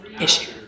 issue